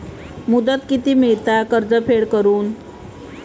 मुदत किती मेळता कर्ज फेड करून?